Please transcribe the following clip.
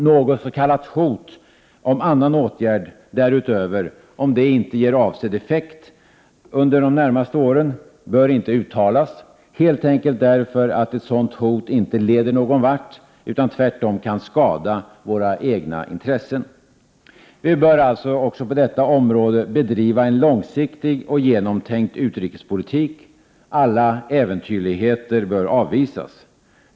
Något s.k. hot om andra åtgärder om inte det ger avsett resultat de närmaste åren bör inte uttalas, helt enkelt därför att ett sådant hot inte leder någonvart utan tvärtom kan skada våra egna intressen. Vi bör alltså även på detta område bedriva en långsiktig och genomtänkt utrikespolitik. Alla äventyrligheter bör avvisas.